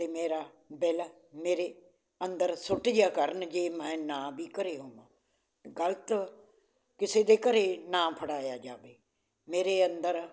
ਅਤੇ ਮੇਰਾ ਬਿਲ ਮੇਰੇ ਅੰਦਰ ਸੁੱਟ ਜਿਆ ਕਰਨ ਜੇ ਮੈਂ ਨਾ ਵੀ ਘਰ ਹੋਵਾਂ ਗਲਤ ਕਿਸੇ ਦੇ ਘਰ ਨਾ ਫੜਾਇਆ ਜਾਵੇ ਮੇਰੇ ਅੰਦਰ